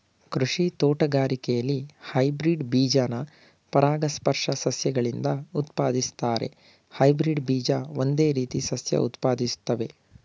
ಕೃಷಿ ತೋಟಗಾರಿಕೆಲಿ ಹೈಬ್ರಿಡ್ ಬೀಜನ ಪರಾಗಸ್ಪರ್ಶ ಸಸ್ಯಗಳಿಂದ ಉತ್ಪಾದಿಸ್ತಾರೆ ಹೈಬ್ರಿಡ್ ಬೀಜ ಒಂದೇ ರೀತಿ ಸಸ್ಯ ಉತ್ಪಾದಿಸ್ತವೆ